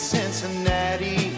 Cincinnati